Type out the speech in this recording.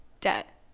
debt